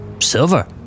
Silver